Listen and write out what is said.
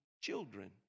children